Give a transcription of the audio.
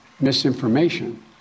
misinformation